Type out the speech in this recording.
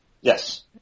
Yes